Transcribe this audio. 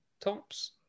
Tops